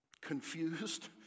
Confused